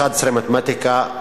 11 במתמטיקה,